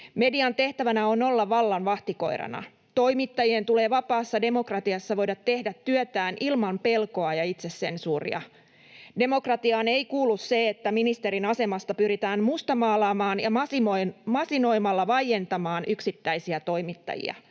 Median tehtävänä on olla vallan vahtikoirana. Toimittajien tulee vapaassa demokratiassa voida tehdä työtään ilman pelkoa ja itsesensuuria. Demokratiaan ei kuulu se, että ministerin asemasta pyritään mustamaalaamaan ja masinoimalla vaientamaan yksittäisiä toimittajia.